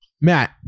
Matt